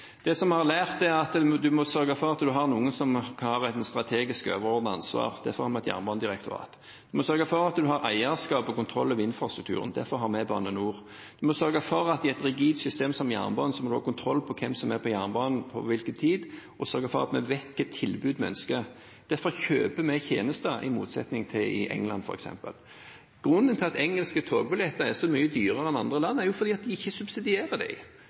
Det vi har lært, er at en må sørge for at en har noen som har et strategisk, overordnet ansvar. Derfor har vi et jernbanedirektorat. En må sørge for at en har eierskap til og kontroll over infrastrukturen. Derfor har vi Bane NOR. En må sørge for at i et rigid system som jernbanen må en ha kontroll på hvem som er på jernbanen til hvilken tid, og sørge for at vi vet hvilke tilbud vi ønsker. Derfor kjøper vi tjenester, i motsetning til i England, f.eks. Grunnen til at engelske togbilletter er så mye dyrere enn i andre land, er at de ikke